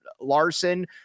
Larson